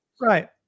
Right